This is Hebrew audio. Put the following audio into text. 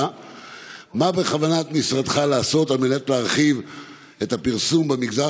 1.5 מיליון ש"ח הוקצו לפרסום במגזר